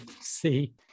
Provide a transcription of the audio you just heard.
see